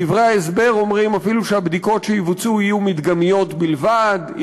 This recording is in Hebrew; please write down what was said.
דברי ההסבר אומרים אפילו שהבדיקות שיבוצעו יהיו מדגמיות בלבד,